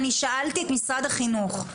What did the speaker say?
אני שאלתי את משרד החינוך,